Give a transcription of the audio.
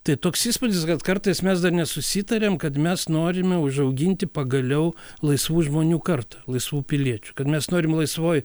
tai toks įspūdis kad kartais mes dar nesusitariam kad mes norime užauginti pagaliau laisvų žmonių kartą laisvų piliečių kad mes norim laisvoj